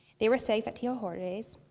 they were safe at tio jorge's.